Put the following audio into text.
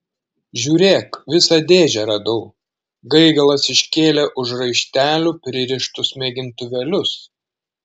žiūrėk visą dėžę radau gaigalas iškėlė už raištelių pririštus mėgintuvėlius